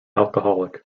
alcoholic